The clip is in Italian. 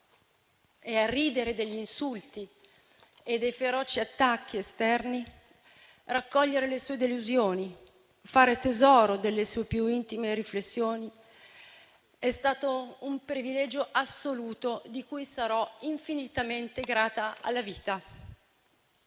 e a ridere degli insulti e dei feroci attacchi esterni, raccogliere le sue delusioni, fare tesoro delle sue più intime riflessioni è stato un privilegio assoluto, di cui sarò infinitamente grata alla vita.